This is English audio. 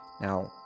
Now